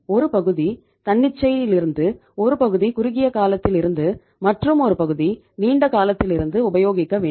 ஒருபகுதி தன்னிச்சை இலிருந்து ஒருபகுதி குறுகிய காலத்தில் இருந்து மற்றும் ஒரு பகுதி நீண்ட காலத்திலிருந்து உபயோகிக்க வேண்டும்